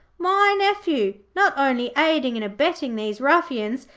my nephew, not only aiding and abetting these ruffians,